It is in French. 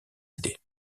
idées